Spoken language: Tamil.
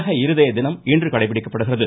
உலக இருதய தினம் இன்று கடைப்பிடிக்கப்படுகிறது